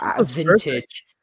vintage